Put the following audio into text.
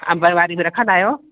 अंबनि वारी बि रखंदा आहियो